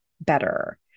better